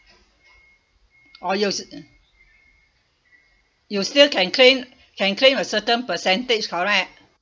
oh you s~ you still can claim can claim a certain percentage correct